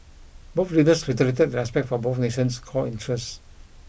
both leaders reiterated their respect for both nation's core interests